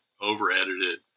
over-edited